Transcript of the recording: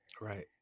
Right